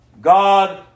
God